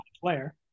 player